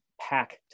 pack